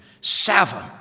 Seven